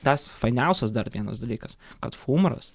tas fainiausias dar vienas dalykas kad humoras